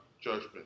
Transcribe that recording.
judgment